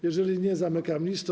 Jeżeli nie, zamykam listę.